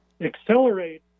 accelerate